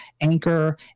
anchor